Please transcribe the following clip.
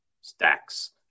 stacks